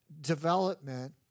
development